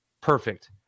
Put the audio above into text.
perfect